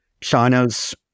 China's